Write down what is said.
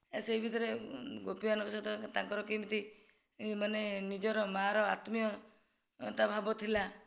ସେଇ ଭିତରେ ଗୋପୀମାନଙ୍କ ସହିତ ତାଙ୍କର କେମିତି ମାନେ ନିଜର ମାଆର ଆତ୍ମୀୟତା ଭାବ ଥିଲା